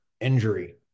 injury